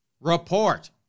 report